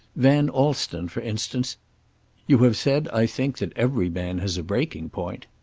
van alston, for instance you have said, i think, that every man has a breaking point.